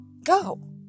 go